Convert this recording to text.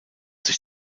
sich